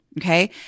Okay